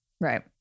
Right